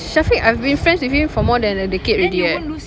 syafiq I've been friends with him for more than a decade already eh